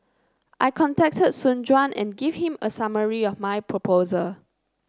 I contacted Soon Juan and gave him a summary of my proposal